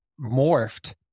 morphed